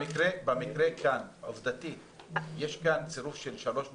במקרה כאן עובדתית יש כאן צירוף של שלוש מפלגות?